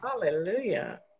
hallelujah